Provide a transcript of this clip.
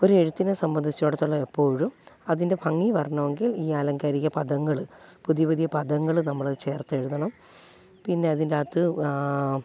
ഒരു എഴുത്തിനെ സംബന്ധിച്ചിടത്തോളം എപ്പോഴും അതിൻ്റെ ഭംഗി വരണമെങ്കിൽ ഈ ആലങ്കാരിക പദങ്ങൾ പുതിയ പുതിയ പദങ്ങൾ നമ്മൾ ചേർത്തെഴുതണം പിന്നെ അതിൻറ്റകത്ത്